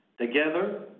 together